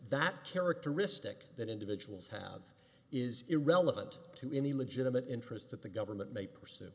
that characteristic that individuals have is irrelevant to any legitimate interest that the government may pursue